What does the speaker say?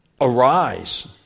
Arise